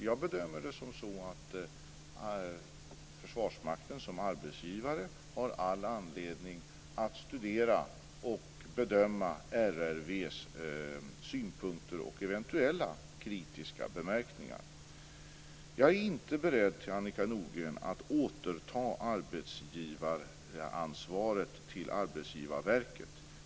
Jag bedömer att Försvarsmakten som arbetsgivare har all anledning att studera och bedöma RRV:s synpunkter och eventuella kritiska bemärkningar. Jag är inte beredd, det vill jag säga till Annika Nordgren, att återföra arbetsgivaransvaret till Arbetsgivarverket.